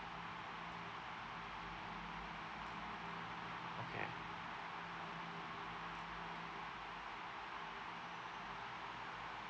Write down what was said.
okay